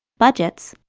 budgets,